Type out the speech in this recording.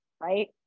right